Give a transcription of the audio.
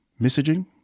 messaging